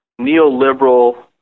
neoliberal